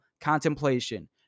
contemplation